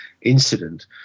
incident